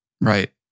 Right